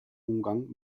umgang